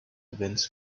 events